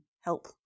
help